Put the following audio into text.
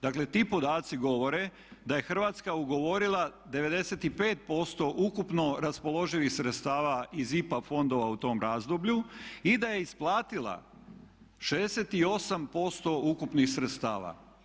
Dakle, ti podaci govore da je Hrvatska ugovorila 95% ukupno raspoloživih sredstava iz IPA fondova u tom razdoblju i da je isplatila 68% ukupnih sredstava.